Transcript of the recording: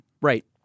Right